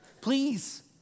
please